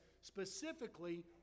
specifically